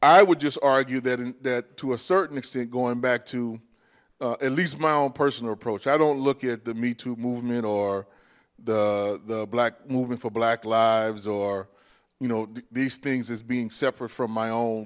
i would just argue that that to a certain extent going back to at least my own personal approach i don't look at the me movement or the black movement for black lives or you know these things as being separate from my own